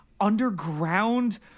underground